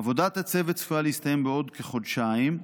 עבודת הצוות צפויה להסתיים בעוד כחודשיים,